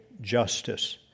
justice